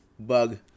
Bug